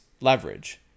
leverage